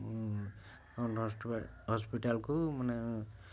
ହଁ ଆଉ ହସ୍ପିଟାଲ୍କୁ ମାନେ